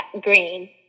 green